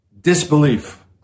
disbelief